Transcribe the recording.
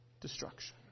destruction